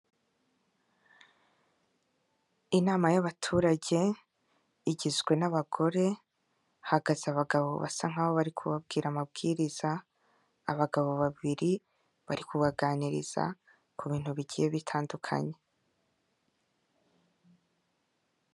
Inama y'abaturage igizwe n'abagore, hahagaze abagabo basa nkaho bari kubabwira amabwiriza, abagabo babiri bari kubaganiriza ku bintu bigiye bitandukanye.